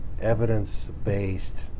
evidence-based